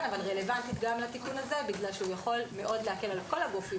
רלוונטית גם לתיקון הזה כי הוא יכול מאוד להקל על כל הגופים